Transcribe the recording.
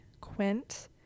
Quint